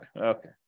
Okay